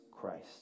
Christ